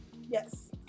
yes